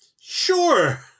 Sure